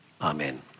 Amen